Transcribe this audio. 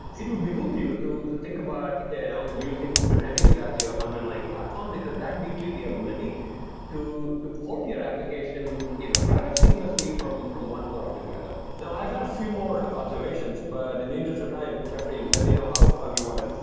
it will behoove you to to think about um using kubernetes as your underlying platform, because that gives you the ability to to port your application you know rather seamlessly from from one cloud to the other. now, i got a few more observations, but in the interest of time, jeffrey. let me know how how you want to